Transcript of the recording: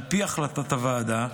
על פי החלטת הוועדה,